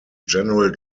general